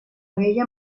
bella